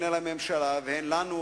הן אל הממשלה והן אלינו,